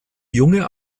junge